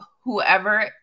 whoever